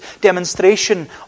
demonstration